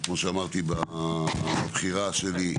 כמו שאמרתי בבחירה שלי,